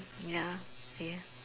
ya ya